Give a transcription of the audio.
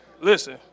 Listen